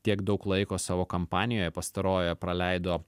tiek daug laiko savo kampanijoje pastarojoje praleido